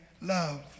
love